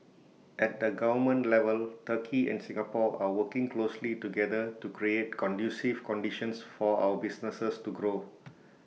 at the government level turkey and Singapore are working closely together to create conducive conditions for our businesses to grow